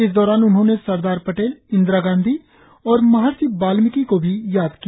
इस दौरान उन्होंने सरदार पटेल इंदिरा गांधी और महर्षि वाल्मिकी को भी याद किया